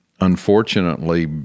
unfortunately